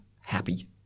happy